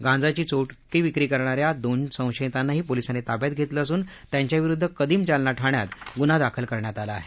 गांजाची चोरटी विक्री करणाऱ्या दोन संशयितांनाही पोलिसांनी ताब्यात घेतलं असून त्यांच्याविरुद्ध कदीम जालना ठाण्यात गुन्हा दाखल करण्यात आला आहे